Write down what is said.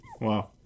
Wow